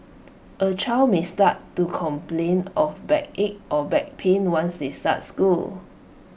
A child may start to complain of backache or back pain once they start school